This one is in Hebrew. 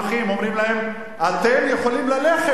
שאומרים להם: אתם יכולים ללכת,